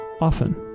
often